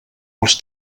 els